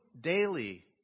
daily